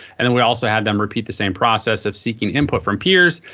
and and we also had them repeat the same process of seeking input from peers.